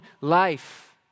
life